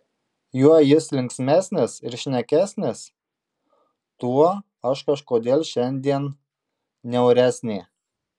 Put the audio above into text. juo jis linksmesnis ir šnekesnis tuo aš kažkodėl šiandien niauresnė